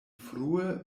frue